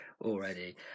already